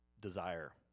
desire